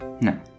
No